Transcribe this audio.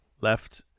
left